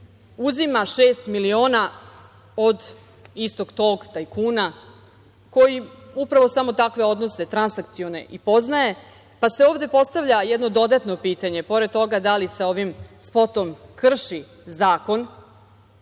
uzima šest miliona od istog tog tajkuna koji upravo samo takve odnose, transakcione, i poznaje, pa se ovde postavlja jedno dodatno pitanje, pored toga da li se ovim spotom krši zakon,